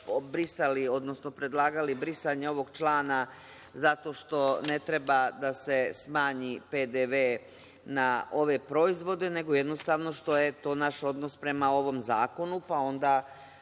nismo predlagali brisanje ovog člana zato što ne treba da se smanji PDV na ove proizvode, nego jednostavno što je to naš odnos prema ovom zakonu, pa onda